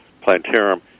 plantarum